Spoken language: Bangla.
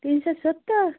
তিনশো সত্তর